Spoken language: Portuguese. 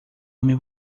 homem